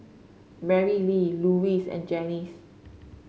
Marylee Luis and Janice